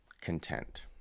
content